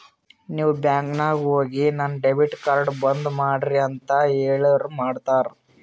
ನೀವ್ ಬ್ಯಾಂಕ್ ನಾಗ್ ಹೋಗಿ ನನ್ ಡೆಬಿಟ್ ಕಾರ್ಡ್ ಬಂದ್ ಮಾಡ್ರಿ ಅಂತ್ ಹೇಳುರ್ ಮಾಡ್ತಾರ